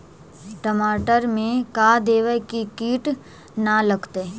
टमाटर में का देबै कि किट न लगतै?